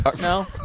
No